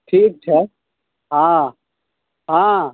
ठीक छै हँ हँ